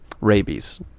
rabies